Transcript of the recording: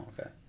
okay